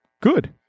good